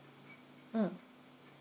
mm